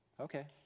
Okay